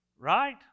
Right